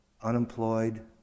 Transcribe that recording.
unemployed